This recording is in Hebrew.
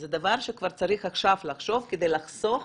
זה דבר שכבר צריך עכשיו לחשוב כדי לחסוך